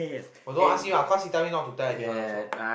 but don't ask him ah cause he tell me not to tell anyone also